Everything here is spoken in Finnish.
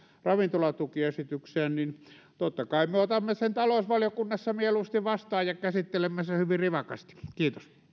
ravintolatukiesitykseen niin totta kai me otamme sen talousvaliokunnassa mieluusti vastaan ja käsittelemme sen hyvin rivakasti kiitos